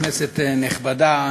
כנסת נכבדה,